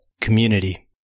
community